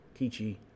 Kichi